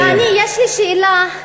יש לי שאלה,